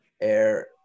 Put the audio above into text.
air